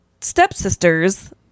stepsisters